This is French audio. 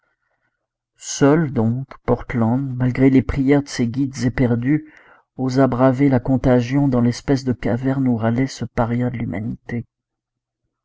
seul donc portland malgré les prières de ses guides éperdus osa braver la contagion dans l'espèce de caverne où râlait ce paria de l'humanité